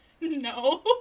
No